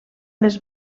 les